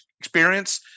experience